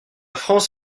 france